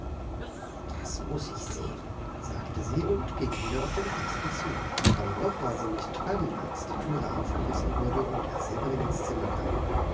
das muß ich sehen sagte sie und ging wieder auf den kasten zu aber noch war sie nicht dran als die türe aufgerissen wurde und herr severin ins zimmer kam